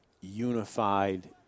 unified